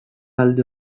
alde